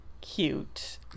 cute